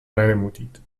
ننمودید